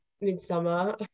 Midsummer